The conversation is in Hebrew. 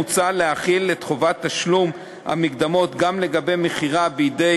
מוצע להחיל את חובת תשלום המקדמות גם לגבי מכירה בידי